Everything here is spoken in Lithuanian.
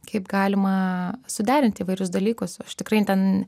kaip galima suderinti įvairius dalykus aš tikrai ten